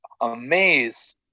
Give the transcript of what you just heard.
amazed